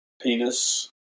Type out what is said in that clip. penis